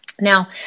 Now